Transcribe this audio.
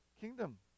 kingdom